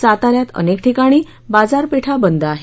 साता यात अनेक ठिकाणी बाजारपेठा बंद आहेत